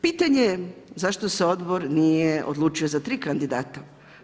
Pitanje je zašto se odbor nije odlučio za tri kandidata.